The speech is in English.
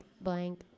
blank